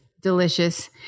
delicious